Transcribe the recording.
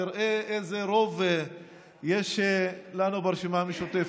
תראה איזה רוב יש לנו, לרשימה המשותפת.